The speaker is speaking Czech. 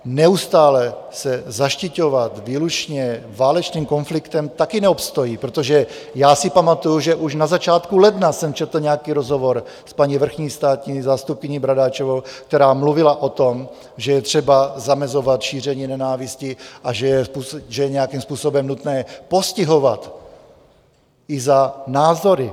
Neustále se zaštiťovat výlučně válečným konfliktem taky neobstojí, protože si pamatuji, že už na začátku ledna jsem četl nějaký rozhovor s paní vrchní státní zástupkyní Bradáčovou, která mluvila o tom, že je třeba zamezovat šíření nenávisti a že je nějakým způsobem nutné postihovat i za názory.